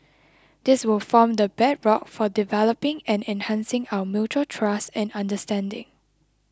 this will form the bedrock for developing and enhancing our mutual trust and understanding